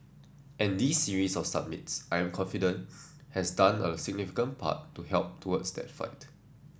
and this series of summits I'm confident has done a significant part to help towards that fight